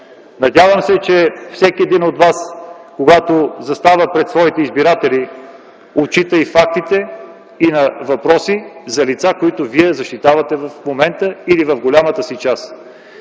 Надявам се, че всеки един от вас, когато застава пред своите избиратели, отчита и фактите за въпроси и лица, които вие или в голяма част